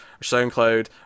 SoundCloud